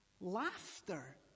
laughter